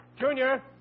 Junior